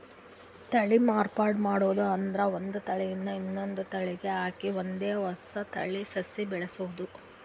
ತಳಿ ಮಾರ್ಪಾಡ್ ಮಾಡದ್ ಅಂದ್ರ ಒಂದ್ ತಳಿದ್ ಇನ್ನೊಂದ್ ತಳಿಗ್ ಹಾಕಿ ಒಂದ್ ಹೊಸ ತಳಿ ಸಸಿ ಬೆಳಸದು